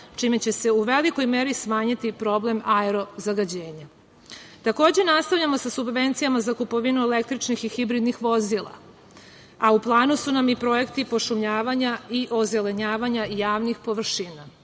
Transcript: čime će se u velikoj meri smanjiti problem aero zagađenja. Takođe, nastavljamo sa subvencijama za kupovinu električnih i hibridnih vozila, a u planu su nam i projekti pošumljavanja i ozelenjavanja javnih površina. Naglasila